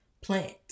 plant